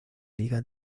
liga